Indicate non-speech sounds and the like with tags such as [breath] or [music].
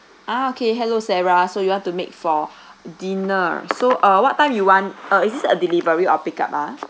ah okay hello sarah so you want to make for [breath] dinner so uh what time you want uh is this a delivery or pickup ah